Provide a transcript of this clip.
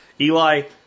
Eli